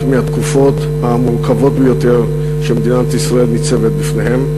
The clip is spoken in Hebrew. מהתקופות המורכבות ביותר שמדינת ישראל ניצבת בפניהן.